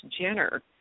Jenner